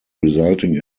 resulting